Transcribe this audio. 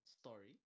story